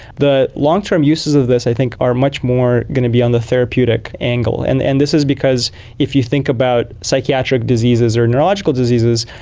the long-term uses of this i think are much more going to be on the therapeutic angle, and and this is because if you think about psychiatric diseases or neurological diseases,